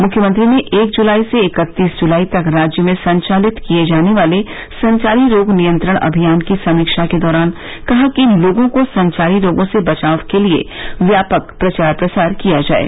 मुख्यमंत्री ने एक जुलाई से इकत्तीस जुलाई तक राज्य में संचालित किये जाने वाले संचारी रोग नियंत्रण अभियान की समीक्षा के दौरान कहा कि लोगों को संचारी रोगों से बचाव के लिये व्यापक प्रचार प्रसार किया जाये